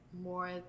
more